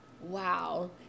wow